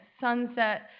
sunset